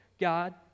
God